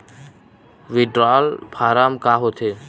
Withdrawal form का होथे?